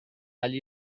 agli